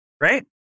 Right